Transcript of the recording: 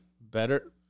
Better